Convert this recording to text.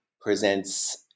presents